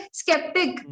skeptic